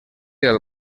del